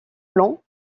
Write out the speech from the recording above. blancs